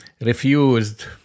refused